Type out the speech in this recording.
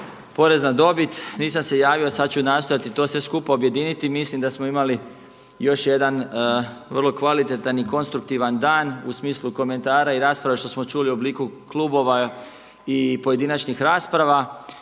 porez na dobit, nisam se javio. Sad ću nastojati to sve skupa objediniti. Mislim da smo imali još jedan vrlo kvalitetan i konstruktivan dan u smislu komentara i rasprava što smo čuli u obliku klubova i pojedinačnih rasprava.